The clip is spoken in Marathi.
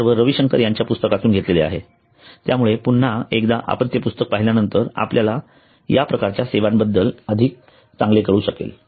हे सर्व रवि शंकर यांच्या पुस्तकातून घेतलेले आहेत त्यामुळे एकदा आपण ते पुस्तक पाहिल्यानंतर आपल्याला या प्रकारच्या सेवांबद्दल अधिक चांगले कळू शकेल